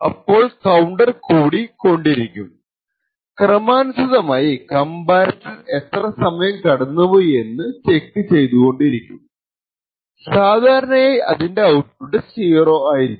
അപ്പോൾ കൌണ്ടർ കൂടി കൊണ്ടിരിക്കും ക്രമാനുസ്യതമായി കമ്പാരട്ടർ എത്രെ സമയം കടന്നുപോയി എന്ന് ചെക്ക് ചെയ്തോണ്ടിരിക്കും സാദാരണയായി അതിന്റെ ഔട്ട്പുട്ട് 0 ആയിരിക്കും